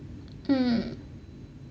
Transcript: mm